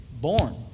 born